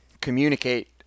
communicate